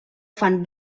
fan